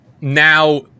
now